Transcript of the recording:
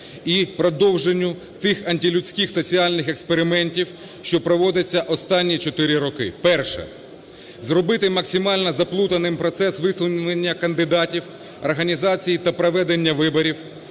і продовженню тих антилюдських соціальних експериментів, що проводяться останні 4 роки. Перше. Зробити максимально заплутаним процес висунення кандидатів організацій та проведення виборів.